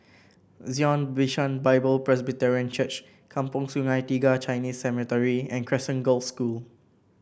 Zion Bishan Bible Presbyterian Church Kampong Sungai Tiga Chinese Cemetery and Crescent Girls' School